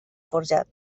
forjat